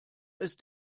ist